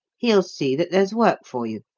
he'll see that there's work for you.